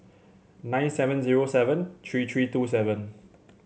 nine seven zero seven three three two seven